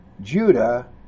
Judah